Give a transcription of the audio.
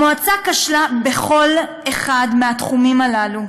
המועצה כשלה בכל אחד מהתחומים הללו.